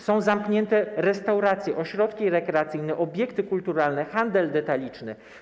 Są zamknięte restauracje, ośrodki rekreacyjne, obiekty kulturalne, handel detaliczny.